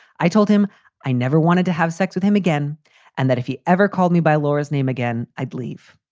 i told him i never wanted to have sex with him again and that if he ever called me by laura's name again, i'd leave.